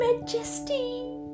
Majesty